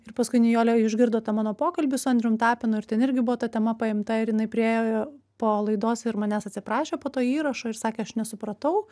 ir paskui nijolė išgirdo tą mano pokalbį su andrium tapinu ir ten irgi buvo ta tema paimta ir jinai priėjo po laidos ir manęs atsiprašė po to įrašo ir sakė aš nesupratau